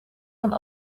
van